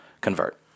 convert